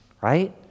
right